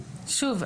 שוב,